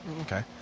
Okay